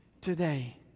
today